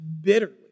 bitterly